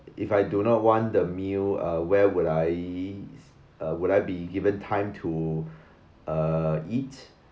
if I do not want the meal uh where would I uh would I be given time to uh eat